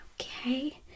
Okay